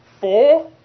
Four